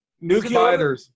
Nuclear